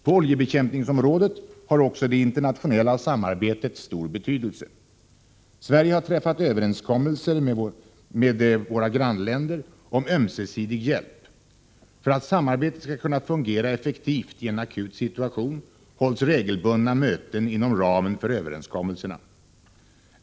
På oljebekämpningsområdet har också det internationella samarbetet stor betydelse. Sverige har träffat överenskommelser med våra grannländer om ömsesidig hjälp. För att samarbetet skall kunna fungera effektivt i en akut situation, hålls regelbundna möten inom ramen för överenskommelserna.